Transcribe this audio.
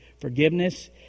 Forgiveness